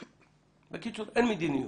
בקיצור, אין מדיניות.